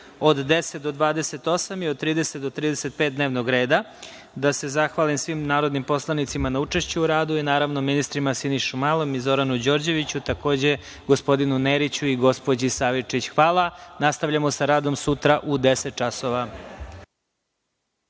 od 10. do 28. i od 30. do 35 dnevnog reda. Zahvaljujem se svim narodnim poslanicima na učešću u radu i naravno ministrima Siniši Malom i Zoranu Đorđeviću, takođe, gospodinu Neriću i gospođi Savičić. Hvala. Nastavljamo sa radom sutra u 10.00